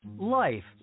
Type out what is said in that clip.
Life